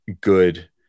good